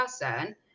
person